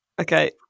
Okay